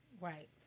Right